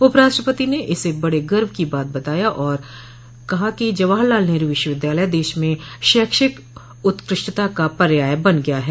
उप राष्ट्रपति ने इसे बड़े गर्व की बात बताया कि जवाहरलाल नेहरू विश्वविद्यालय देश में शैक्षिक उत्कृष्टता का पर्याय बन गया है